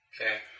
Okay